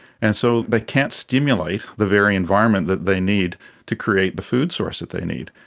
and so they can't stimulate the very environment that they need to create the food source that they need.